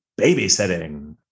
babysitting